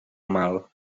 mal